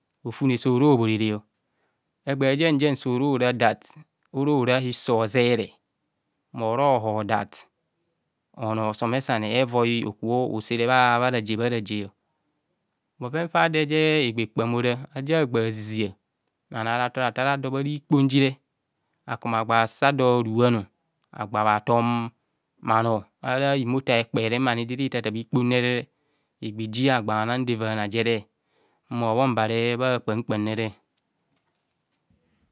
Ofune soro bhorere, sgba jensen soro ra dat oro ra hiso ozere mmoro hor dat osomesane euoi okubho osere bharaje bharaje bhoven ta do eje bha ekpam ora aja gba zizia bhano ara to rator habhado ara ikponjire akuma gba bhasa do ruhan agba bha tom bhano ara imoto a'kperem mani jiri tatabha ikpone igbijia agba bha nan jo evana jere mhumo bho mbare bha kpam kpam ne.